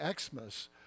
Xmas